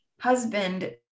husband